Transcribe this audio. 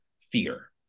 fear